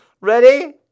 Ready